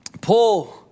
Paul